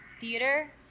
theater